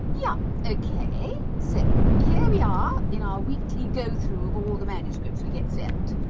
yeah okay, so here we are in our weekly go-through of all the manuscripts we get sent,